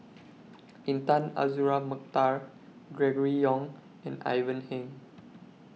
Intan Azura Mokhtar Gregory Yong and Ivan Heng